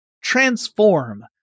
transform